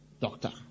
doctor